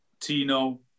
Tino